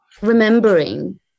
remembering